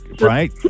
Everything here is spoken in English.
Right